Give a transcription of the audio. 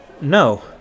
No